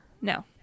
No